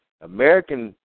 American